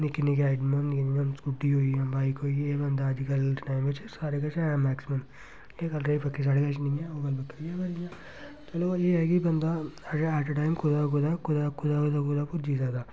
निक्के निक्के आइटम होंदियां जियां हून स्कूटी होई गेई बाइक होई गेई बंदा अज्जकल सारें कश ऐ मैक्सिमम एह् गल्ल बक्खरी साढ़े कश नेईं ऐ इ'यां ते चलो एह् ऐ कि बंदा ऐटा टाइम कुदै ते कुदै कुदै दा कुदै पुज्जी सकदा